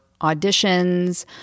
auditions